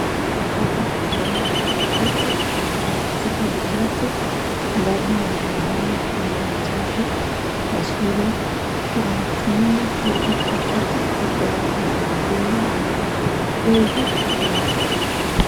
Hapa tunaona kuna pakiti na kuna vichupa vitatu ambavyo ni vya dawa aina ya chanjo ya surua. Na tunaona hili pakiti iko na pakiti ama dozi kumi.